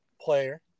player